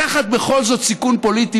לקחת בכל זאת סיכון פוליטי,